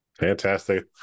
Fantastic